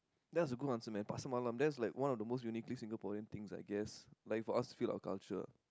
that's a good answer man pasar malam that's like one of the most unity Singaporean things I guess like for us feel our culture